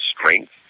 strength